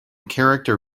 character